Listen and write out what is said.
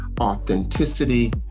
authenticity